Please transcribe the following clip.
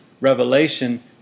Revelation